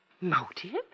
Motive